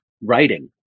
writing